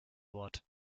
wort